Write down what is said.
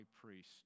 priest